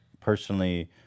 personally